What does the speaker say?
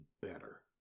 better